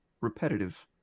repetitive